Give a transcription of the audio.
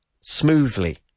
smoothly